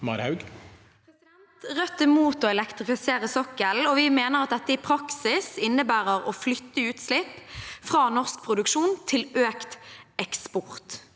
Rødt er imot å elek- trifisere sokkelen, og vi mener at det i praksis innebærer å flytte utslipp fra norsk produksjon til økt eksport.